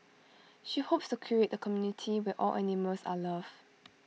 she hopes to create A community where all animals are loved